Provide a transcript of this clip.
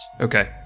okay